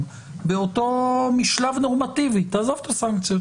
באותו משלב נורמטיבי תעזוב את הסנקציות